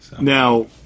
Now